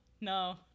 no